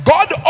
God